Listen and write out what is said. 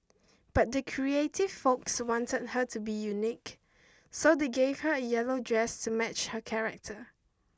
but the creative folks wanted her to be unique so they gave her a yellow dress to match her character